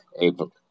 April